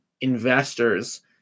investors